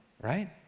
Right